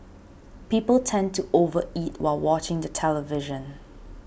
people tend to over eat while watching the television